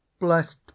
Blessed